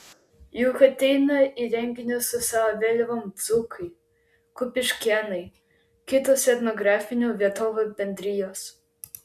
juk ateina į renginius su savo vėliavom dzūkai kupiškėnai kitos etnografinių vietovių bendrijos